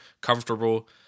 comfortable